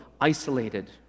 isolated